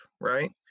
right